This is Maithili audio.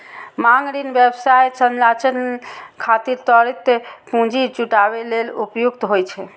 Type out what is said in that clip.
मांग ऋण व्यवसाय संचालन खातिर त्वरित पूंजी जुटाबै लेल उपयुक्त होइ छै